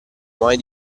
mai